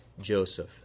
Joseph